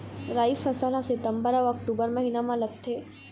राई फसल हा सितंबर अऊ अक्टूबर महीना मा लगथे